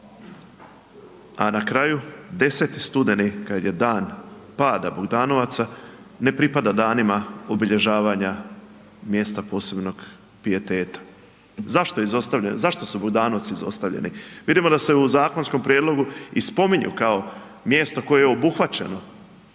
a na kraju 10. studeni kad je dan pada Bogdanovaca ne pripada danima obilježavanja mjesta posebnog pijeteta. Zašto je izostavljen, zašto su Bogdanovi izostavljeni? Vidimo da se u zakonskom prijedlogu i spominju kao mjesto koje je obuhvaćeno,